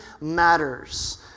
matters